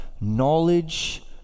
knowledge